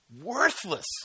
worthless